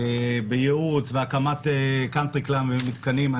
בייעוץ ובהקמת קנטרי קלאב ומתקנים.